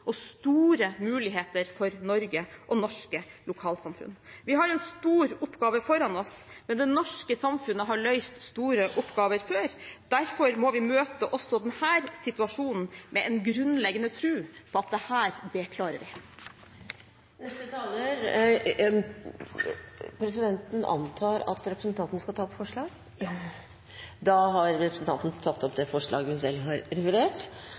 og store muligheter for Norge og norske lokalsamfunn. Vi har en stor oppgave foran oss, men det norske samfunnet har løst store oppgaver før, derfor må vi møte også denne situasjonen med en grunnleggende tro på at dette, det klarer vi. Presidenten antar at representanten skal ta opp forslag? Ja. Da har representanten Helga Pedersen tatt opp de forslagene hun